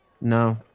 No